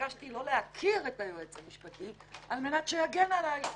ביקשתי לא להכיר את היועץ המשפטי על מנת שיגן עלי,